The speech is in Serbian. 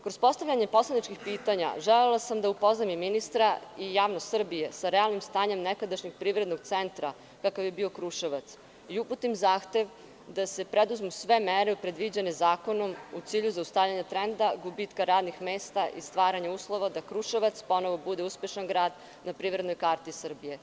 Kroz postavljanje poslaničkih pitanja želela sam da upoznam i ministra i javnost Srbije sa realnim stanjem nekadašnjeg privrednog centra, kakav je bio Kruševac, i uputim zahtev da se preduzmu sve mere predviđene zakonom u cilju zaustavljanja trenda gubitka radnih mesta i stvaranja uslova da Kruševac ponovo bude uspešan grad na privrednoj karti Srbije.